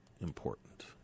important